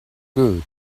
good